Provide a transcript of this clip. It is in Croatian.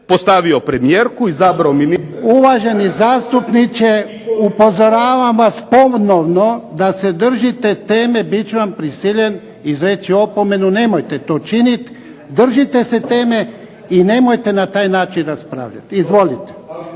Uvaženi zastupniče, upozoravam vas ponovno da se držite teme, bit ću vam prisiljen izreći opomenu. Nemojte to činiti, držite se teme i nemojte na taj način raspravljati. Izvolite.